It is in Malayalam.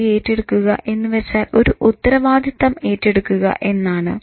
ജോലി ഏറ്റെടുക്കുക എന്നുവച്ചാൽ ഒരു ഉത്തരവാദിത്തം ഏറ്റെടുക്കുക എന്നാണ്